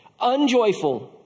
unjoyful